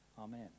Amen